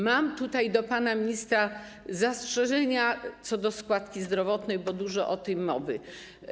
Mam tutaj do pana ministra zastrzeżenia co do składki zdrowotnej, bo dużo o tym mówiono.